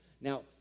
Now